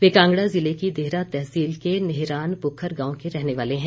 वे कांगड़ा जिले की देहरा तहसील के नेहरान पुखर गांव के रहने वाले हैं